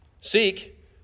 Seek